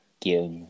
give